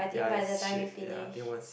ya it's shit ya I think it was